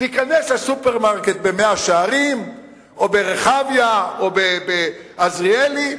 תיכנס לסופרמרקט במאה-שערים או ברחביה או ב"עזריאלי",